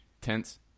tense